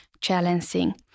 challenging